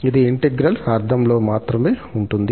ఇది ఇంటెగ్రల్ అర్థంలో మాత్రమే ఉంటుంది